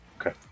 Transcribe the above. Okay